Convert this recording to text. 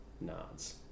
nods